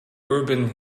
urban